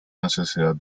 necesidad